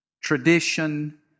tradition